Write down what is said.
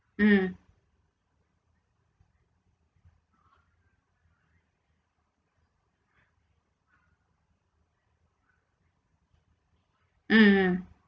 mm mm